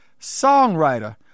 songwriter